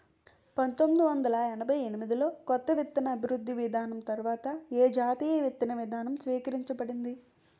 పంతోమ్మిది వందల ఎనభై ఎనిమిది లో కొత్త విత్తన అభివృద్ధి విధానం తర్వాత ఏ జాతీయ విత్తన విధానం స్వీకరించబడింది?